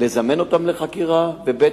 לזמן אותם חקירה, ב.